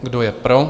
Kdo je pro?